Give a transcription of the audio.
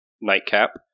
nightcap